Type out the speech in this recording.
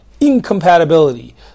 incompatibility